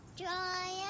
joy